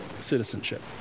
citizenship